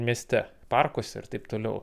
mieste parkuose ir taip toliau